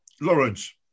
Lawrence